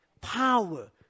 power